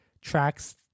tracks